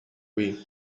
qui